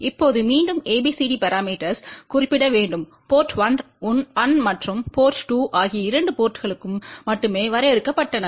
இப்போது மீண்டும் ABCD parameters குறிப்பிட வேண்டும் போர்ட் 1 மற்றும் போர்ட் 2 ஆகிய இரண்டு போர்ட்ங்களுக்கு மட்டுமே வரையறுக்கப்பட்டன